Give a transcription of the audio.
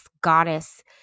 goddess